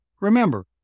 Remember